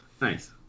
nice